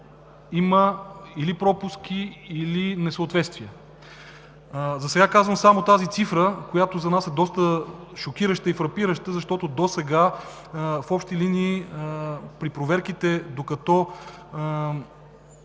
има или пропуски, или несъответствия. Засега казвам само тази цифра, която за нас е доста шокираща, доста фрапираща, защото досега, в общи линии, при проверките, докато тази